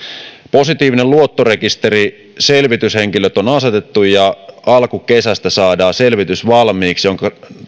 positiivinen luottorekisteri selvityshenkilöt on on asetettu ja alkukesästä saadaan selvitys valmiiksi